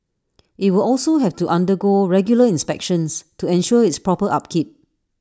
IT will also have to undergo regular inspections to ensure its proper upkeep